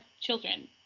children